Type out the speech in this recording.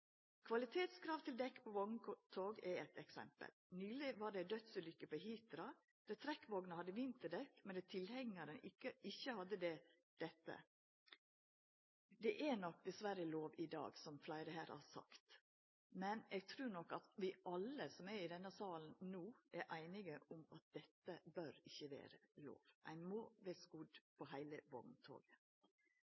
Kvalitetskrav til dekk på vogntog er eitt eksempel. Nyleg var det ei dødsulukke på Hitra – trekkvogna hadde vinterdekk, men tilhengjaren hadde det ikkje. Dette er dessverre lov i dag – som fleire her har sagt – men eg trur nok at alle i denne salen er einige om at dette bør ikkje vera lov. Heile vogntoget må